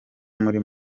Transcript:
muri